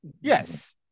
Yes